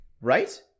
right